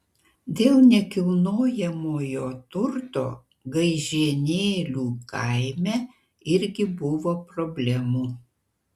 dėl nekilnojamojo turto gaižėnėlių kaime irgi buvo problemų